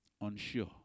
unsure